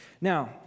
Now